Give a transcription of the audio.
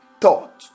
thought